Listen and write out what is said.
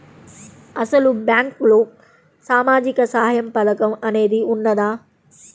అసలు బ్యాంక్లో సామాజిక సహాయం పథకం అనేది వున్నదా?